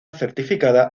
certificada